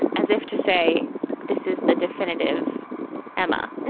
and as if to say this is the definitive emma. and